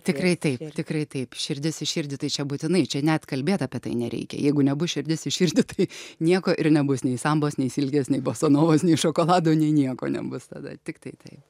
tikrai taip tikrai taip širdis į širdį tai čia būtinai čia net kalbėt apie tai nereikia jeigu nebus širdis į širdį tai nieko ir nebus nei sambos nei silkės nei bosanovos nei šokolado nei nieko nebus tada tiktai taip